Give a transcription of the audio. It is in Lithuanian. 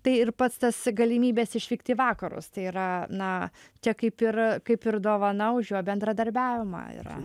tai ir pats tas galimybės išvykti į vakarus tai yra na čia kaip ir kaip ir dovana už jo bendradarbiavimą yra